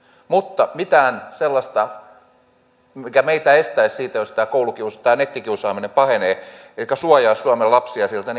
mutta mitään sellaista ei ole mikä meillä estäisi sen jos tämä nettikiusaaminen pahenee elikkä suojaisi suomen lapsia siltä